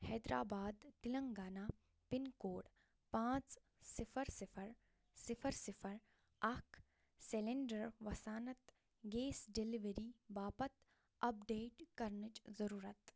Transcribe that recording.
Hyderabad Telangana pin code پانٛژھ صِفر صِفر صِفر صِفر اکھ سِلیٚنٛڈر گیس ڈیٚلؤری باپتھ اپڈیٹ کرنٕچ ضُروٗرت